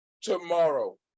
tomorrow